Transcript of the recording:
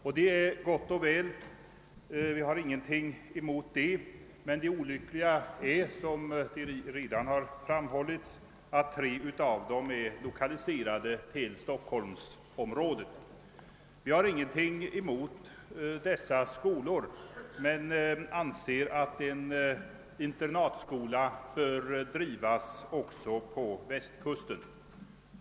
Detta är gott och väl — vi har ingenting emot det. Men det olyckliga är, som redan framhållits, att tre av dessa skolor är lokaliserade till Stockholmsområdet. Vi har som sagt ingenting emot att skolorna inrättas, men vi anser att en internatskola bör finnas också på Västkusten.